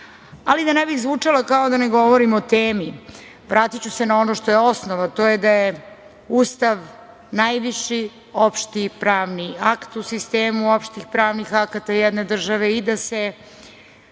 ali da ne bih zvučala kao da ne govorimo o temi, vratiću se na ono što je osnov, a to je da je Ustav najviši opšti pravni akt u sistemu opštih pravnih akata jedne države i da se